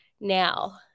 now